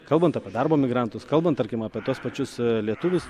kalbant apie darbo migrantus kalbant tarkim apie tuos pačius lietuvius